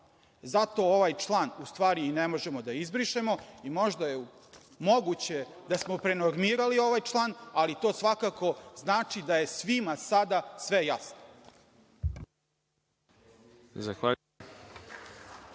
Zato ovaj član u stvari i ne možemo da izbrišemo i možda je moguće da smo prenormirali ovaj član, ali to svakako znači da je svima sada sve jasno.